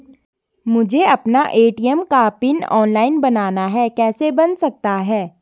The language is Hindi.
मुझे अपना ए.टी.एम का पिन ऑनलाइन बनाना है कैसे बन सकता है?